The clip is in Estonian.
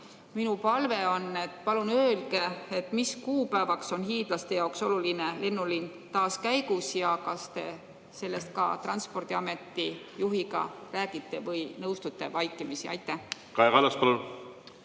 Minu palve on: palun öelge, mis kuupäevaks on hiidlaste jaoks oluline lennuliin taas käigus. Kas te sellest ka Transpordiameti juhiga räägite või nõustute vaikimisi? Aitäh!